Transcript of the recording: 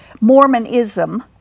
Mormonism